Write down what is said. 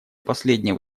последнее